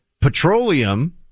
petroleum